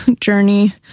journey